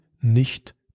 nicht